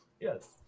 Yes